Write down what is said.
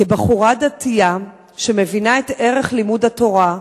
"כבחורה דתייה שמבינה את ערך לימוד התורה,